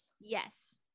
Yes